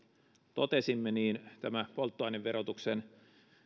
totesimme tämä polttoaineverotuksen